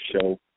show